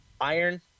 iron